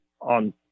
on